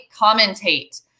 commentate